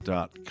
Dot